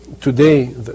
Today